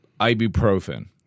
ibuprofen